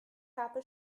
habe